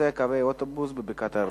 מצב הכביש המוביל מיודפת דרך אבטליון